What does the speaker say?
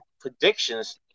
predictions